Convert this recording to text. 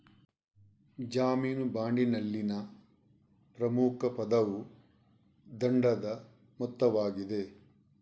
ಜಾಮೀನು ಬಾಂಡಿನಲ್ಲಿನ ಪ್ರಮುಖ ಪದವು ದಂಡದ ಮೊತ್ತವಾಗಿದೆ